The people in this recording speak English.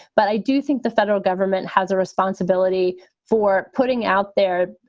but i do think the federal government has a responsibility for putting out there,